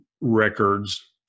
records